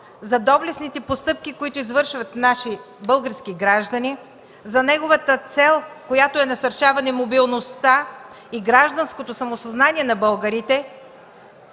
за доблестните постъпки, които извършват наши български граждани, за неговата цел, която е насърчаване мобилността и гражданското самосъзнание на българите,